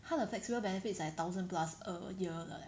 他的 flexible benefits like thousand plus a year 的 leh